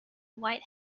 white